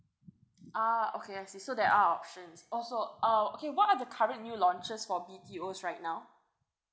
ah okay I see so there are options also uh okay what are the current new launches for B_T_O's right now